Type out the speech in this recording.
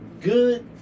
good